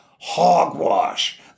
Hogwash